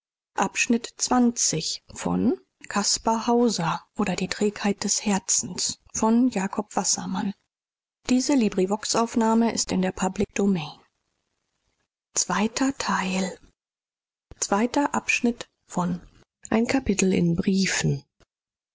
oder die trägheit